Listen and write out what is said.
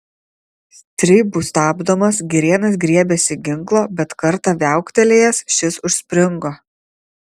stribų stabdomas girėnas griebėsi ginklo bet kartą viauktelėjęs šis užspringo